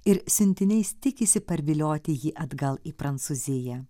ir siuntiniais tikisi parvilioti jį atgal į prancūziją